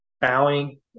bowing